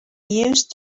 used